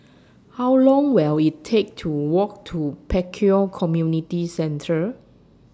How Long Will IT Take to Walk to Pek Kio Community Centre